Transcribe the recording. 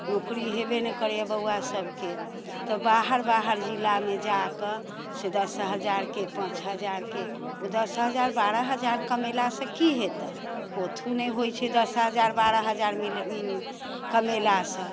नौकरी हेबे नहि करैए बौआ सबके तऽ बाहर बाहर जिलामे जा कऽ से दस हजारके पाँच हजारके ओ दस हजार बारह हजार कमेला सँ की हेतै कोथु नहि होइ छै दस हजार बारह हजार मिल कमेलासँ